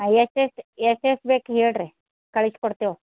ಹಾಂ ಎಷ್ಟು ಎಷ್ಟು ಎಷ್ಟು ಎಷ್ಟು ಬೇಕು ಹೇಳ್ರಿ ಕಳಿಸಿ ಕೊಡ್ತೇವೆ